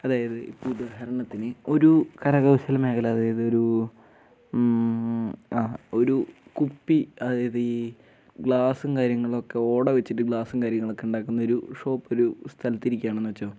അതായത് ഇപ്പം ഉദാഹരണത്തിന് ഒരു കരകൗശല മേഖല അതായത് ഒരു ആ ഒരു കുപ്പി അതായത് ഈ ഗ്ലാസ്സും കാര്യങ്ങളൊക്കെ ഓട വെച്ചിട്ട് ഗ്ലാസ്സും കാര്യങ്ങളൊക്കെ ഉണ്ടാക്കുന്ന ഒരു ഷോപ്പ് ഒരു സ്ഥലത്ത് ഇരിക്കുകയാണെന്ന് വെച്ചോ